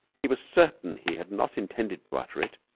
he was certain he had not intended to utter it.